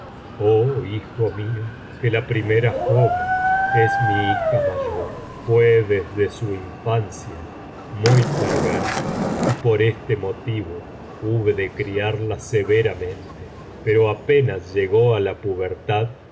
oh hijo mío que la primera joven es mi hija mayor fué desde su infancia muy perversa y por este motivo hube de criarla severamente pero apenas llegó á la pubertad